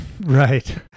Right